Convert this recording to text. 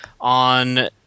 on